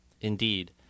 Indeed